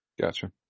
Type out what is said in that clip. Gotcha